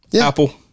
apple